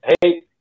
Hey